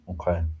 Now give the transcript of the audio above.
Okay